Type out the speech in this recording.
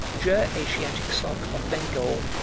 jour. asiatic soc. of bengal,